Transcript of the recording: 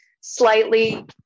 slightly